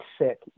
sick